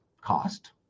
cost